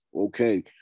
Okay